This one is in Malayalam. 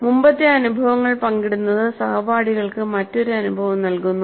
മുമ്പത്തെ അനുഭവങ്ങൾ പങ്കിടുന്നത് സഹപാഠികൾക്ക് മറ്റൊരു അനുഭവം നൽകുന്നു